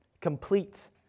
complete